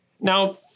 Now